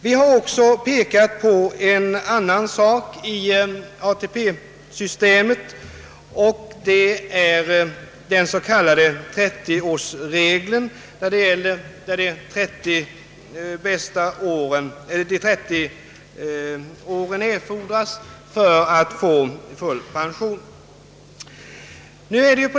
Vi har också pekat på en annan sak i ATP-systemet, den s.k. 30-årsregeln, enligt vilken det krävs att man varit med 30 år i systemet för att få full pension.